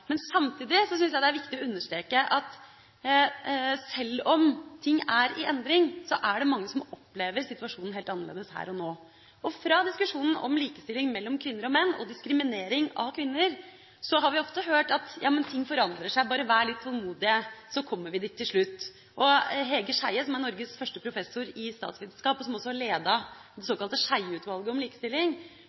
opplever situasjonen helt annerledes her og nå. Fra diskusjonen om likestilling mellom kvinner og menn og diskriminering av kvinner har vi ofte hørt: Ting forandrer seg, bare vær litt tålmodig, så kommer vi dit til slutt. Hege Skjeie, som er Norges første kvinnelige professor i statsvitenskap, og som har ledet det såkalte Skjeie-utvalget om likestilling,